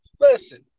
listen